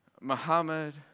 Muhammad